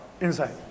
inside